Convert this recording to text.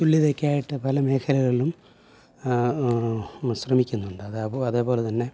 തുള്ളിയതൊക്കെയായിട്ട് പല മേഖലകളിലും ശ്രമിക്കുന്നുണ്ട് അത അതേപോലെ തന്നെ